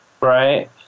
Right